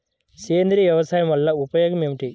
సేంద్రీయ వ్యవసాయం వల్ల ఉపయోగం ఏమిటి?